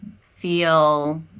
feel